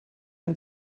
and